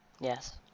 Yes